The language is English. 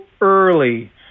early